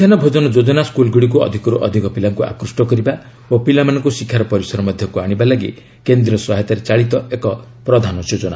ମଧ୍ୟାହୁ ଭୋଜନ ଯୋଜନା ସ୍କୁଲ୍ଗୁଡ଼ିକୁ ଅଧିକରୁ ଅଧିକ ପିଲାଙ୍କୁ ଆକୃଷ୍ଟ କରିବା ଓ ପିଲାମାନଙ୍କୁ ଶିକ୍ଷାର ପରିସର ମଧ୍ୟକ୍ତ ଆଶିବା ଲାଗି କେନ୍ଦ୍ରୀୟ ସହାୟତାରେ ଚାଳିତ ଏକ ପ୍ରମ୍ଖ ଯୋଜନା